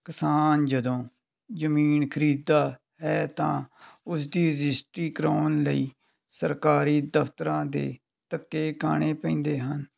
ਕਿਸਾਨ ਜਦੋਂ ਜ਼ਮੀਨ ਖਰੀਦਦਾ ਹੈ ਤਾਂ ਉਸ ਦੀ ਰਜਿਸਟਰੀ ਕਰਵਾਉਣ ਲਈ ਸਰਕਾਰੀ ਦਫਤਰਾਂ ਦੇ ਧੱਕੇ ਖਾਣੇ ਪੈਂਦੇ ਹਨ